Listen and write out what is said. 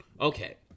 Okay